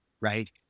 Right